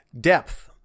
Depth